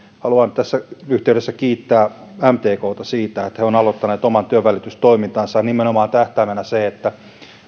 haluan tässä yhteydessä kiittää mtkta siitä että he ovat aloittaneet oman työnvälitystoimintansa tähtäimenä nimenomaan se että